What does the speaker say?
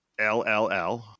LLL